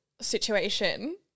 situation